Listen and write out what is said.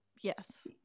Yes